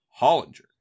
Hollinger